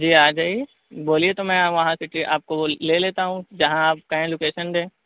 جی آ جائیے بولیے تو میں وہاں سے کہ آپ کو لے لیتا ہوں جہاں آپ کہیں لوکیسن دیں